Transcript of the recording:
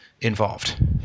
involved